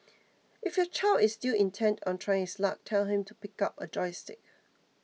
if your child is still intent on trying his luck tell him to pick up a joystick